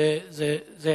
וזה יפה.